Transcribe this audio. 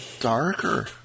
darker